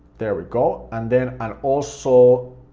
there we go, and then and also